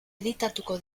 editatuko